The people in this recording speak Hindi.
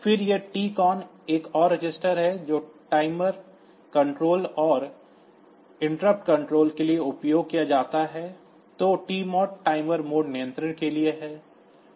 फिर यह TCON एक और रजिस्टर है जो टाइमर नियंत्रण और व्यवधान नियंत्रण के लिए उपयोग किया जाता है तो TMOD टाइमर मोड नियंत्रण के लिए है